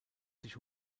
sich